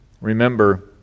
Remember